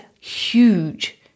huge